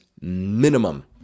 minimum